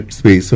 space